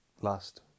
last